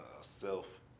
self